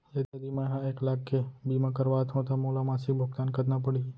यदि मैं ह एक लाख के बीमा करवात हो त मोला मासिक भुगतान कतना पड़ही?